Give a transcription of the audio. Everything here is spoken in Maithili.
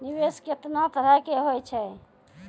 निवेश केतना तरह के होय छै?